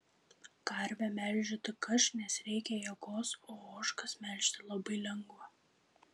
karvę melžiu tik aš nes reikia jėgos o ožkas melžti labai lengva